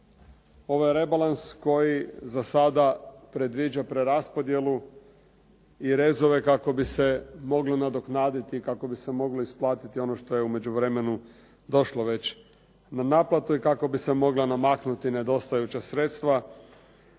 Ovo je rebalans koji za sada predviđa preraspodjelu i rezove kako bi se moglo nadoknaditi i kako bi se moglo isplatiti ono što je u međuvremenu došlo već na naplatu i kako bi se mogla namaknuti nedostajuća sredstva,